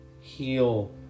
Heal